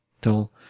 till